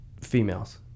females